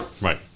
Right